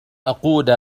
أقود